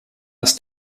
das